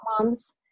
moms